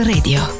Radio